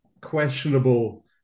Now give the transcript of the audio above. questionable